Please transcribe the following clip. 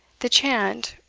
the chant,